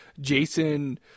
Jason